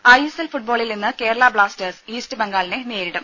ദര I S L ഫുട്ബോളിൽ ഇന്ന് കേരള ബ്ലാസ്റ്റേഴ്സ് ഈസ്റ്റ് ബംഗാളിനെ നേരിടും